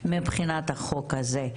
מבחינת החוק הזה.